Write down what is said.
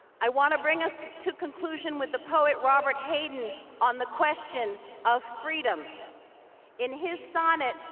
i want to bring us to conclusion with the poet robert hayden on the question of freedom. in his sonnet,